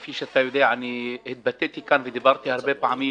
כפי שאתה יודע - התבטאתי כאן ודיברתי הרבה פעמים